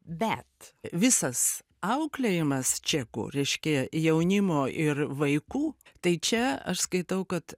bet visas auklėjimas čekų reiškia jaunimo ir vaikų tai čia aš skaitau kad